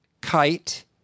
kite